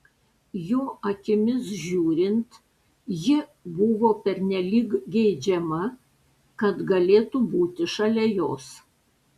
jo akimis žiūrint ji buvo pernelyg geidžiama kad galėtų būti šalia jos